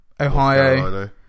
Ohio